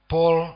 Paul